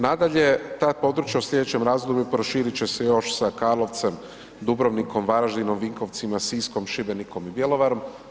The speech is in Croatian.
Nadalje, ta područja u sljedećem razdoblju proširit će se još sa Karlovcem, Dubrovnikom, Varaždinom, Vinkovcima, Siskom, Šibenikom i Bjelovarom.